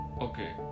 Okay